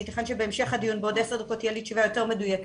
ייתכן שבהמשך הדיון תהיה לי תשובה יותר מדויקת,